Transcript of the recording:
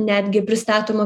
netgi pristatoma